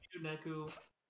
Neku